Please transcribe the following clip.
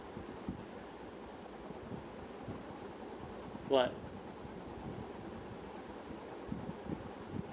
what